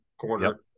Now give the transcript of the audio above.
corner